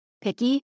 picky